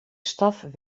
staf